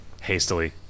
Hastily